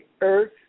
earth